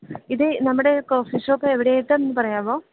ഇതു നമ്മുടെ coffee shop എവിടെയായിട്ടാണെന്നൊന്നു പറയാമോ